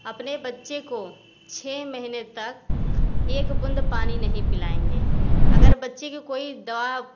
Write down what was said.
अपने बच्चों को छ महीने तक एक बूंद पानी नहीं पिलाएंगे अगर बच्चे की कोई दवा